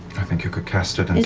i think you could cast it